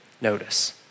notice